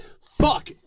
fuck